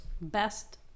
best